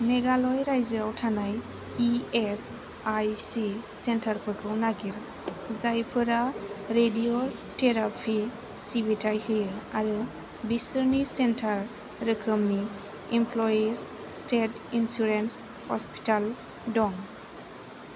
मेघालया रायजोआव थानाय E S I C सेन्टारफोरखौ नागिर जायफोरा रेडिय'थेराफि सिबिथाय होयो आरो बिसोरनि सेन्टार रोखोमनि इमप्ल'यिज स्टेट इन्सुरेन्स ह'स्पिटेल दं